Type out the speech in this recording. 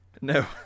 No